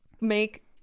make